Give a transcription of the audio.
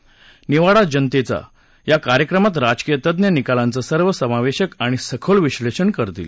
निवाडा जनतेचा या कार्यक्रमात राजकीय तज्ञ निकालांचं सर्व समावेशक आणि सखोल विश्लेषण करतील